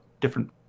different